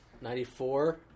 Ninety-four